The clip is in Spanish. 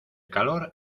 calor